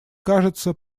кажется